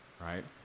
right